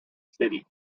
city